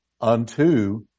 unto